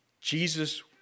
Jesus